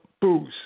booze